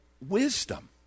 wisdom